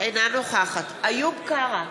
אינה נוכחת איוב קרא,